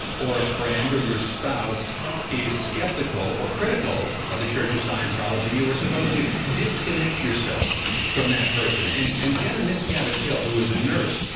or a friend or your spouse is skeptical or critical of the church of scientology you are supposed to disconnect yourself from that person. and and jenna miscavige hill who is a nurse,